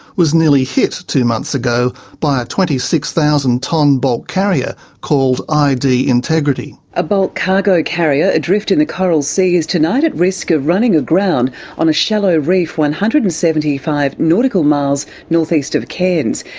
was nearly hit two months ago by a twenty six thousand tonne bulk carrier called id integrity. a bulk cargo carrier, adrift in the coral sea, is tonight at risk of running aground on a shallow reef one hundred and seventy five nautical miles northeast of cairns.